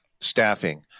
staffing